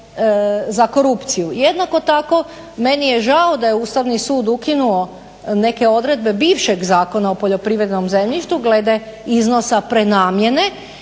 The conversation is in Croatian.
za korupciju. Jednako tako meni je žao da je Ustavni sud ukinuo neke odredbe bivšeg Zakona o poljoprivrednom zemljištu glede iznosa prenamjene